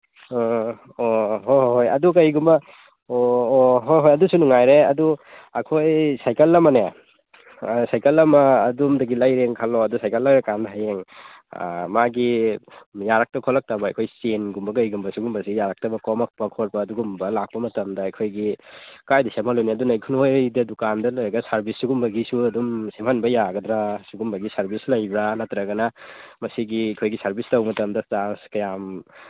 ꯑꯥ ꯑꯣ ꯍꯣꯏ ꯍꯣꯏ ꯑꯗꯨ ꯀꯩꯒꯨꯝꯕ ꯑꯣ ꯑꯣ ꯍꯣꯏ ꯍꯣꯏ ꯑꯗꯨꯁꯨ ꯅꯨꯡꯉꯥꯏꯔꯦ ꯑꯗꯨ ꯑꯩꯈꯣꯏ ꯁꯥꯏꯀꯜ ꯑꯃꯅꯦ ꯁꯥꯏꯀꯜ ꯑꯃ ꯑꯗꯣꯝꯗꯒꯤ ꯂꯩꯔꯦꯅ ꯈꯜꯂꯣ ꯑꯗꯨ ꯁꯥꯏꯀꯜ ꯂꯩꯔꯀꯥꯟꯗ ꯍꯌꯦꯡ ꯃꯥꯒꯤ ꯌꯥꯔꯛꯇ ꯈꯣꯠꯂꯛꯇꯕ ꯑꯩꯈꯣꯏ ꯆꯦꯟꯒꯨꯝꯕ ꯀꯩꯒꯨꯝꯕ ꯁꯨꯒꯨꯝꯕꯁꯤ ꯌꯥꯔꯛꯇꯕ ꯀꯣꯝꯃꯛꯄ ꯈꯣꯠꯄ ꯑꯗꯨꯒꯨꯝꯕ ꯂꯥꯛꯄ ꯃꯇꯝꯗ ꯑꯩꯈꯣꯏꯒꯤ ꯀꯥꯏꯗ ꯁꯦꯝꯍꯜꯂꯨꯅꯤ ꯑꯗꯨꯅ ꯅꯣꯏꯗ ꯗꯨꯀꯥꯟꯗ ꯂꯩꯔꯒ ꯁꯥꯔꯚꯤꯁ ꯁꯨꯒꯨꯝꯕꯒꯤꯁꯨ ꯑꯗꯨꯝ ꯁꯦꯝꯍꯟꯕ ꯌꯥꯒꯗ꯭ꯔꯥ ꯁꯤꯒꯨꯝꯕꯒꯤ ꯁꯥꯔꯚꯤꯁ ꯂꯩꯕ꯭ꯔꯥ ꯅꯠꯇ꯭ꯔꯒꯅ ꯃꯁꯤꯒꯤ ꯑꯩꯈꯣꯏꯒꯤ ꯁꯥꯔꯚꯤꯁ ꯇꯧ ꯃꯇꯝꯗ ꯆꯥꯔꯖ ꯀꯌꯥꯝ